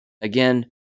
Again